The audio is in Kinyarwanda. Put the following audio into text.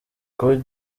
muri